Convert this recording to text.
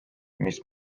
mis